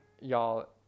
y'all